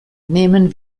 nehmen